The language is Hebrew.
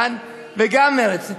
וגם מרצ.